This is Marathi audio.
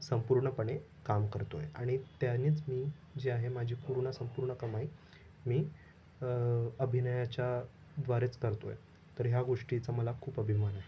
संपूर्णपणे काम करतो आहे आणि त्यांनीच मी जी आहे माझी पूर्ण संपूर्ण कमाई मी अभिनयाच्याद्वारेच करतो आहे तर ह्या गोष्टीचा मला खूप अभिमान आहे